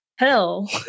hell